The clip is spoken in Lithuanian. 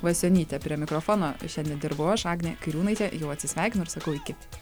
vasionytė prie mikrofono ir šiandien dirbu aš agnė kairiūnaitė jau atsisveikinu ir sakau iki